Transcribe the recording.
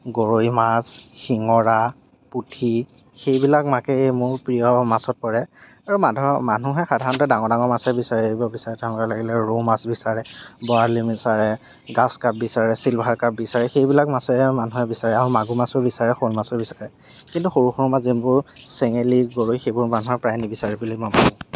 গৰৈ মাছ শিঙৰা পুঠি সেইবিলাক মাছেই মোৰ প্ৰিয় মাছত পৰে আৰু মানুহে মানুহে সাধাৰণতে ডাঙৰ ডাঙৰ মাছেই বিচাৰে ৰৌ মাছ বিচাৰে বৰালি বিচাৰে গাচকাপ বিচাৰে ছিলভাৰকাপ বিচাৰে সেইবিলাক মাছেহে মানুহে বিচাৰে আৰু মাগুৰ মাছো বিচাৰে শ'ল মাছো বিচাৰে কিন্তু সৰু সৰু মাছ যোনবোৰ ছেঙেলী গৰৈ সেইবোৰ মানুহে প্ৰায়ে নিবিচাৰে বুলি মই ভাবোঁ